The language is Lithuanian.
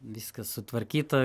viskas sutvarkyta